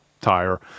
tire